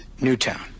Newtown